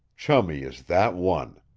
chummie is that one!